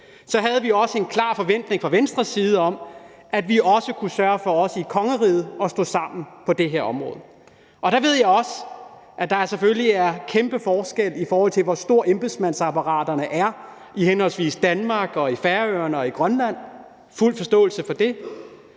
havde vi også en klar forventning fra Venstres side om, at vi også kunne sørge for at stå sammen i kongeriget på det her område. Og der ved jeg også, at der selvfølgelig er kæmpe forskel på, hvor stort embedsmandsapparaterne er i henholdsvis Danmark og i Færøerne og i Grønland – fuld forståelse for det.